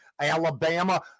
Alabama